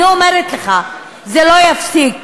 אני אומרת לך, זה לא ייפסק,